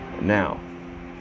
Now